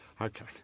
Okay